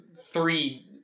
three